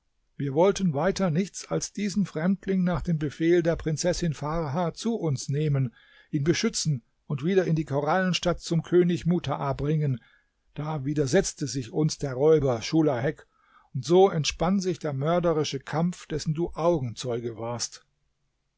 wir wollten weiter nichts als diesen fremdling nach dem befehl der prinzessin farha zu uns nehmen ihn beschützen und wieder in die korallenstadt zum könig mutaa bringen da widersetzte sich uns der räuber schulahek und so entspann sich der mörderische kampf dessen du augenzeuge warst